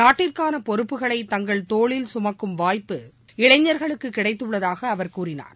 நாட்டிற்கான பொறுப்புகளை தங்கள் தோளில் சுமக்கும் வாய்ப்பு இளைஞர்களுக்கு கிடைத்துள்ளதாக அவர் கூறினார்